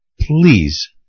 please